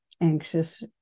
anxious